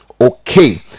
Okay